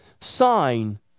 sign